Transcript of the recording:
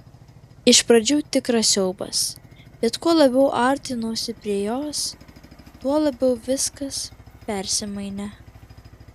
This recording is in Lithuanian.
iš pradžių tikras siaubas bet kuo labiau artinausi prie jos tuo labiau viskas persimainė